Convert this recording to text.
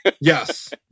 Yes